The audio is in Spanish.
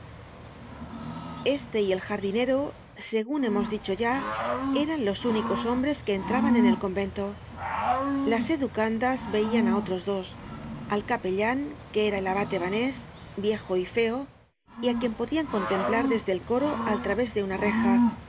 este y el jardinero segun hemos dicho ya eran los únicos hombres que entraban en el convento las educandas veian á otros dos al capellan que era el abate banés viejo y feo y á quien podian contemplar desde el coro al trav és de una reja